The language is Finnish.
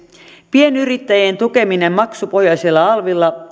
pienyrittäjien tukeminen maksupohjaisella alvilla